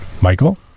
Michael